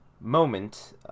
moment